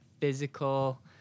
physical